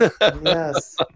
Yes